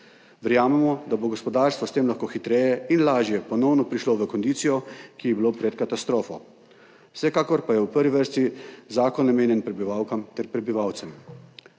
Verjamemo, da bo gospodarstvo s tem lahko hitreje in lažje ponovno prišlo v kondicijo, ki jo je imelo pred katastrofo. Vsekakor pa je v prvi vrsti zakon namenjen prebivalkam ter prebivalcem.